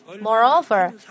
Moreover